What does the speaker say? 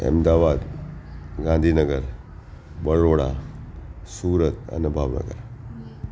અમદાવાદ ગાંધીનગર બરોડા સુરત અને ભાવનગર